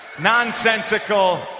nonsensical